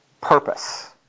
purpose